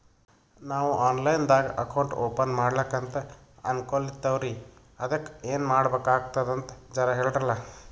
ನಾವು online ದಾಗ account open ಮಾಡ್ಲಕಂತ ಅನ್ಕೋಲತ್ತೀವ್ರಿ ಅದಕ್ಕ ಏನ ಮಾಡಬಕಾತದಂತ ಜರ ಹೇಳ್ರಲ?